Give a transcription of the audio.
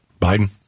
Biden